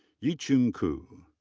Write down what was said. yi-chun ku.